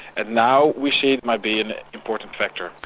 and now we say it might be an important factor.